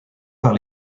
par